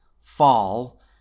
fall